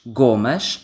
gomas